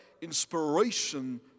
inspiration